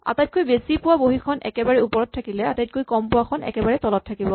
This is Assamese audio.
আটাইতকৈ বেছি পোৱা বহীখন একেবাৰে ওপৰত থাকিলে আটাইতকৈ কম পোৱা খন একেবাৰে তলত থাকিব